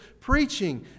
Preaching